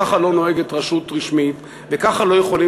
ככה לא נוהגת רשות רשמית וככה לא יכולים